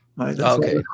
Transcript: Okay